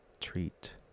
treat